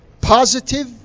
positive